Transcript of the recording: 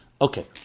Okay